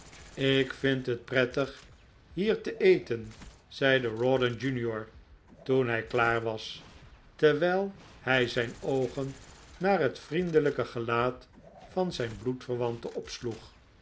ik vind het prettig hier te eten zeide rawdon jr toen hij klaar was terwijl hij zijn oogen naar het vriendelijke gelaat van zijn